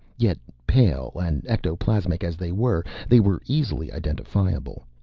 yet, pale and ectoplasmic as they were, they were easily identifiable.